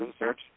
research